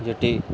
যেটি